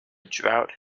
drought